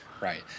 Right